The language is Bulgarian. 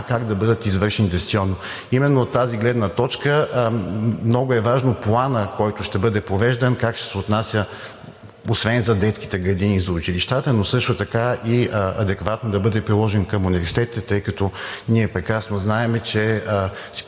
как да бъдат извършени дистанционно. Именно от тази гледна точка много е важно планът, който ще бъде провеждан, как ще се отнася, освен за детските градини и за училищата, но също така и адекватно да бъде приложен към университетите, тъй като ние прекрасно знаем, че